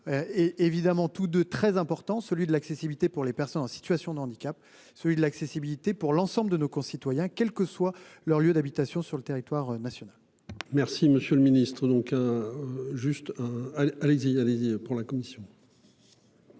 Et évidemment tous de très important, celui de l'accessibilité pour les personnes en situation d'handicap, celui de l'accessibilité pour l'ensemble de nos concitoyens, quelle que soit leur lieu d'habitation sur le territoire national. Merci Monsieur le Ministre donc. Juste. Allez-y, allez-y pour la commission.--